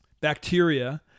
bacteria